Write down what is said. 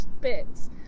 Bits